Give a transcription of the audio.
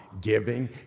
giving